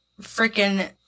freaking